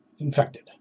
infected